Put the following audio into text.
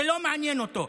זה לא מעניין אותו,